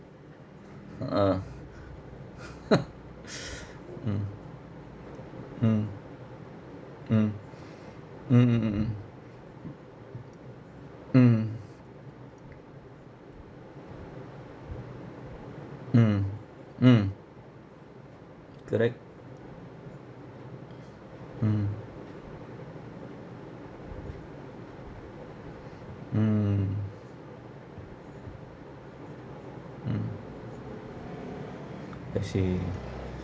a'ah mm hmm mm mm mm mm mm mm mm mm correct mm mm mm I see